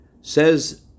Says